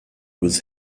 was